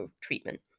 treatment